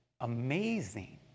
amazing